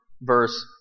verse